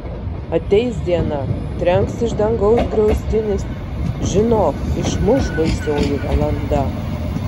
ateis diena trenks iš dangaus griaustinis žinok išmuš baisioji valanda